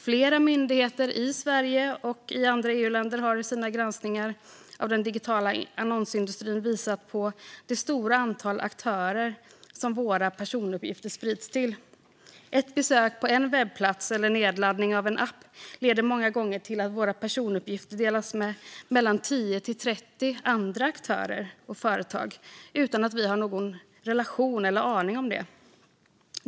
Flera myndigheter, i Sverige och i andra EU-länder, har i granskningar av den digitala annonsindustrin visat på det stora antalet aktörer som våra personuppgifter sprids till. Ett besök på en webbplats eller nedladdning av en app leder många gånger till att våra personuppgifter delas med 10-30 andra aktörer och företag utan att vi har någon relation till dem eller aning om det.